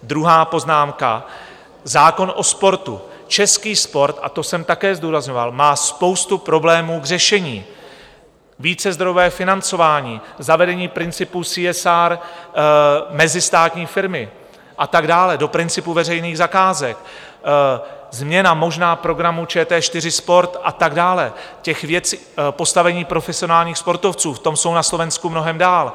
Druhá poznámka, zákon o sportu: český sport a to jsem také zdůrazňoval má spoustu problémů k řešení: vícezdrojové financování, zavedení principů CSR, mezistátní firmy a tak dále do principu veřejných zakázek, možná změna programu ČT4 Sport a tak dále, postavení profesionálních sportovců v tom jsou na Slovensku mnohem dál.